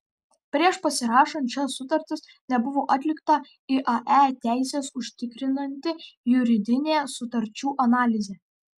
prieš pasirašant šias sutartis nebuvo atlikta iae teises užtikrinanti juridinė sutarčių analizė